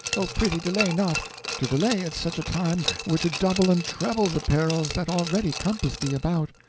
oh, prithee delay not to delay at such a time were to double and treble the perils that already compass thee about.